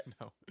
no